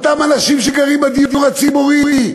לאותם אנשים שגרים בדיור הציבורי,